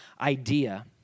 idea